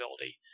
ability